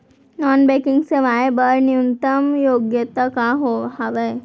Non banking सेवाएं बर न्यूनतम योग्यता का हावे?